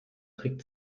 trick